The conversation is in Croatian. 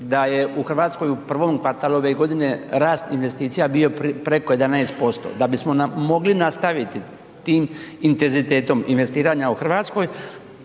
da je u RH u provom kvartalu ove godine rast investicija bio preko 11%. Da bismo mogli nastaviti tim intenzitetom investiranja u RH,